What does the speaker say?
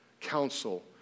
counsel